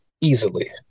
easily